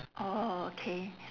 orh okay